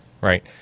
Right